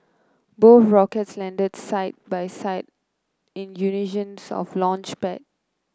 both rockets landed side by side in unison on launchpad